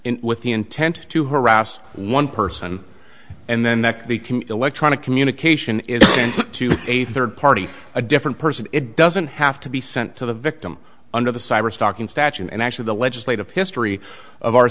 communications with the intent to harass one person and then that they can electronic communication is sent to a third party a different person it doesn't have to be sent to the victim under the cyber stalking statute and actually the legislative history of our